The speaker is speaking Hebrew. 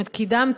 קידמתי,